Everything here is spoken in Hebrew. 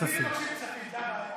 תמיד מבקשים כספים,